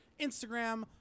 instagram